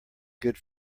good